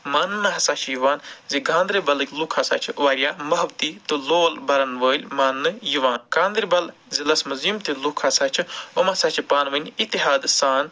مانٛنہٕ ہسا چھِ یِوان زِ گاندربَلکٕۍ لُکھ ہسا چھِ واریاہ محبتی تہٕ لول بَرَن وٲلۍ مانٛنہٕ یِوان گاندَربَل ضلعس منٛز یِم تہِ لُکھ ہسا چھِ یِم ہسا چھِ پانہٕ وٲنۍ اتحادٕ سان